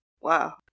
Wow